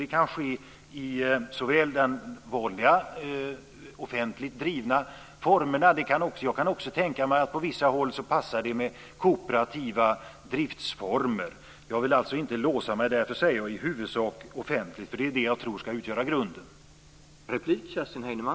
Det kan ske i den vanliga, offentligt drivna formen, men jag kan också tänka mig att det på vissa håll passar med kooperativa driftsformer. Jag vill alltså inte låsa mig, och därför säger jag att vården ska vara i huvudsak offentlig, för det är det jag tror ska utgöra grunden.